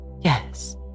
Yes